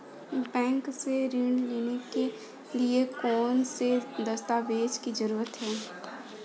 Bank से ऋण लेने के लिए कौन से दस्तावेज की जरूरत है?